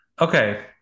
Okay